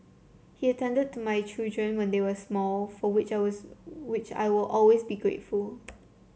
he attended to my children when they were small for which I was which I will always be grateful